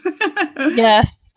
Yes